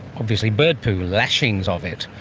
obviously bird poo, lashings of it,